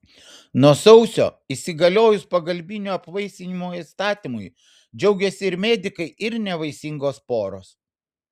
nuo sausio įsigaliojus pagalbinio apvaisinimo įstatymui džiaugėsi ir medikai ir nevaisingos poros